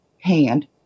hand